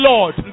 Lord